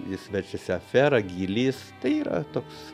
jis verčiasi afera gylys tai yra toks